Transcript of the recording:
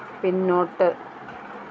പിന്നോട്ട്